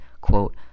quote